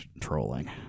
trolling